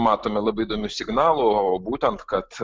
matome labai įdomių signalų būtent kad